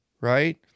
right